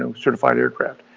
and certified aircraft.